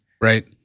Right